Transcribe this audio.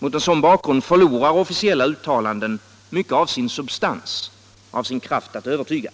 Mot en sådan bakgrund förlorar officiella uttalanden mycket av sin substans, av sin kraft att övertyga.